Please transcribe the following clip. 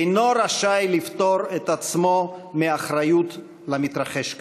אינו רשאי לפטור את עצמו מאחריות למתרחש כאן.